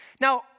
Now